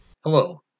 Hello